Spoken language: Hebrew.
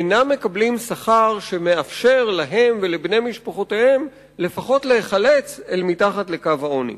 אינם מקבלים שכר שמאפשר להם ולבני משפחותיהם לעלות מעל לקו העוני.